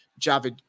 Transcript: Javid